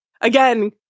again